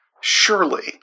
Surely